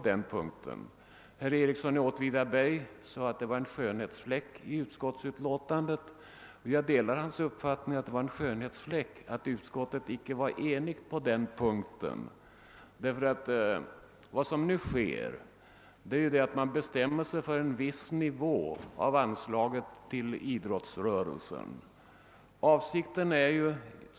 Herr Ericsson i Åtvidaberg sade att det var en skönhetsfläck i utlåtandet. Jag delar hans uppfattning så till vida att det är en skönhetsfläck att utskottet inte kunde bli enigt. Vad som sker genom det föreliggande förslaget är att man bestämmer sig för en viss nivå av anslaget till idrottsrörelsen.